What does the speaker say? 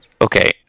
okay